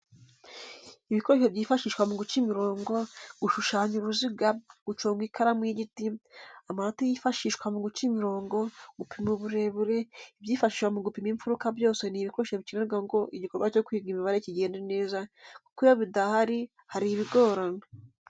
Ibikoresho byifashishwa mu guca imirongo, gushushanya uruziga, guconga ikaramu y'igiti, amarati yifashishwa mu guca imirongo, gupima uburebure, ibyifashishwa mu gupima imfuruka byose ni ibikoresho bikenerwa ngo igikorwa cyo kwiga imibare kigende neza kuko iyo bidahari hari ibigorana.